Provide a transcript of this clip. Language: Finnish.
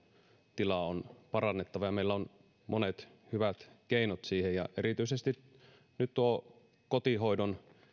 tilaa on parannettava ja meillä on monet hyvät keinot siihen erityisesti nyt kotihoidon